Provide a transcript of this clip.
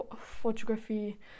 photography